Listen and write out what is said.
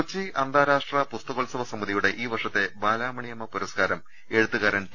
കൊച്ചി അന്താരാഷ്ട്ര പുസ്തകോത്സവ സമിതിയുടെ ഈ വർഷത്തെ ബാലാമണിയമ്മ പുരസ്കാരം എഴുത്തുകാരൻ ടി